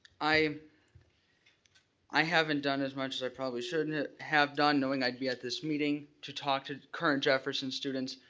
i i haven't done as much as i probably should and ah have done knowing i'd be at this meeting to talk to current jefferson students.